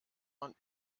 man